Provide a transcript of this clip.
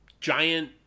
giant